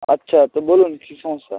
আচ্ছা তো বলুন কী সমস্যা